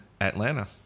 Atlanta